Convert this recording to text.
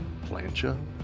plancha